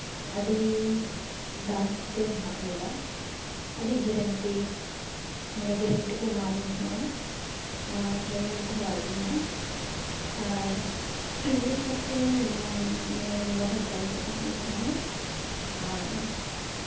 ᱟᱹᱰᱤ ᱫᱟᱢᱛᱤᱧ ᱦᱟᱛᱟᱣ ᱞᱮᱫᱟ ᱟᱹᱰᱤ ᱜᱮᱨᱮᱱᱴᱤ ᱢᱟᱱᱮ ᱜᱮᱨᱮᱱᱴᱤ ᱠᱚ ᱮᱢᱟᱣᱫᱤᱧ ᱛᱟᱦᱮᱱᱟ ᱟᱨ ᱧᱮᱞ ᱛᱮᱦᱚᱸ ᱟᱹᱰᱤ ᱢᱚᱡᱽ ᱟᱨ ᱢᱤᱫ ᱜᱷᱟᱹᱲᱤᱡ ᱛᱮ ᱢᱟᱱᱮ ᱢᱳᱵᱟᱭᱤᱞ ᱦᱚᱸ ᱪᱟᱨᱡᱚᱜ ᱠᱟᱱᱛᱤᱧ ᱛᱟᱦᱮᱱᱟ ᱟᱨ